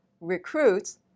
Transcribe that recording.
recruits